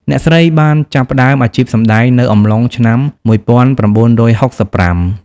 អ្នកស្រីបានចាប់ផ្ដើមអាជីពសម្ដែងនៅអំឡុងឆ្នាំ១៩៦៥។